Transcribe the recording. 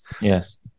Yes